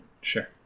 Sure